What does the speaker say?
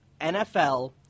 NFL